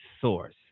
source